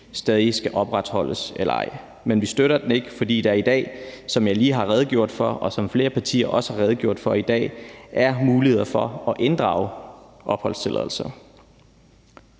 stadig skal opretholdes eller ej, men vi støtter den ikke, fordi der i dag, som jeg lige har redegjort for, og som flere partier også har redegjort for i dag, er muligheder for at inddrage opholdstilladelser.